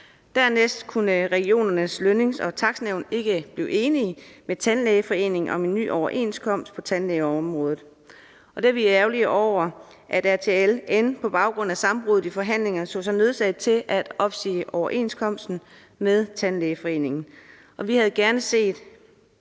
Dernæst kunne Regionernes Lønnings- og Takstnævn, RLTN, ikke blive enig med Tandlægeforeningen om en ny overenskomst på tandlægeområdet. Vi er ærgerlige over, at RLTN på baggrund af sammenbruddet i forhandlingerne så sig nødsaget til at opsige overenskomsten med Tandlægeforeningen. Vi havde gerne set,